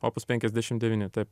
opus penkiasdešim devyni taip